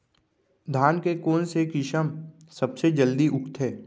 धान के कोन से किसम सबसे जलदी उगथे?